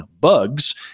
Bugs